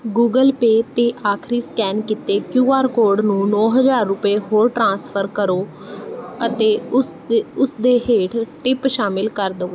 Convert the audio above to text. Google Pay 'ਤੇ ਆਖਰੀ scan ਕੀਤੇ ਕਿਊ ਆਰ ਕੋਡ ਨੂੰ ਨੌਂ ਹਜ਼ਾਰ ਰੁਪਏ ਹੋਰ ਟ੍ਰਾਂਸਫਰ ਕਰੋ ਅਤੇ ਉਸ ਦੇ ਉਸ ਦੇ ਹੇਠ ਟਿਪ ਸ਼ਾਮਿਲ ਕਰ ਦਵੋ